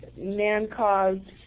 man caused